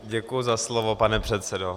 Děkuji za slovo, pane předsedo.